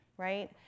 Right